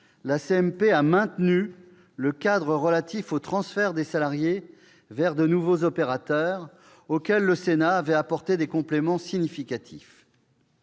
la CMP a maintenu le cadre relatif au transfert des salariés vers de nouveaux opérateurs, auquel le Sénat avait apporté des compléments significatifs.